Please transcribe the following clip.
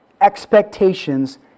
expectations